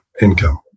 income